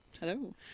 Hello